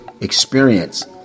experience